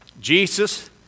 Jesus